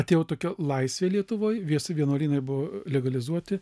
atėjo tokia laisvė lietuvoj visi vienuolynai buvo legalizuoti